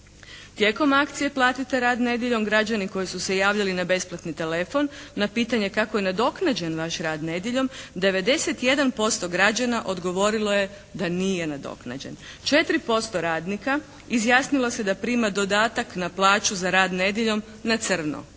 Tijekom akcije "Platite rad nedjeljom" građani koji su se javljali na besplatni telefon na pitanje kako je nadoknađen naš rad nedjeljom 91% građana odgovorilo je da nije nadoknađen. 4% radnika izjasnilo se da prima dodatak na plaću za rad nedjeljom na crno